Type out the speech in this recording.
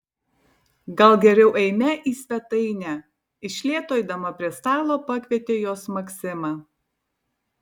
gal geriau eime į svetainę iš lėto eidama prie stalo pakvietė juos maksima